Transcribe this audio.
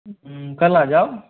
कल आ जाओ